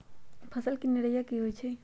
फसल के निराया की होइ छई?